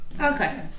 Okay